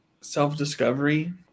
self-discovery